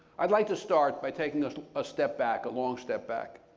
i'd like to start by taking a step back, a long step back.